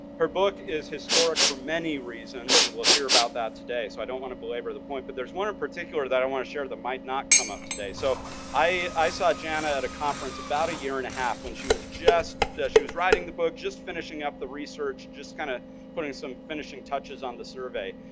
her book is historic for many reasons, and we'll hear about that today, so i don't want to belabor the point. but there's one in particular that i want to share that might not come up today. so i saw jana at a conference about a year and a half, when she was just, as she was writing the book, just finishing up the research, just kinda putting some finishing touches on the survey.